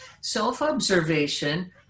self-observation